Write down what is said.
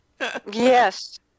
Yes